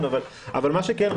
אבל מה שכן,